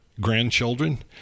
grandchildren